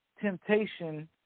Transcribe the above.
temptation